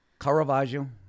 Caravaggio